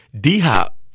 D-hop